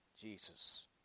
Jesus